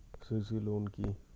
CC loan কি?